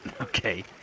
Okay